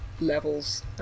levels